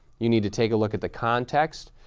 you need to take a look at the context.